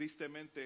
tristemente